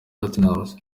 platnumz